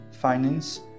finance